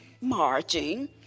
marching